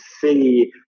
see